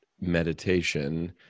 meditation